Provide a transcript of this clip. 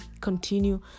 continue